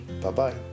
Bye-bye